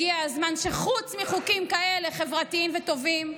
הגיע הזמן שחוץ מחוקים כאלה, חברתיים וטובים,